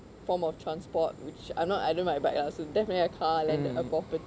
form of transport which I'm not I don't like but ya so definitely a car then a property